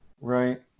Right